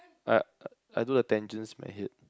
I I do the tangents in my head